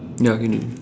ya can already